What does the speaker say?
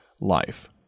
life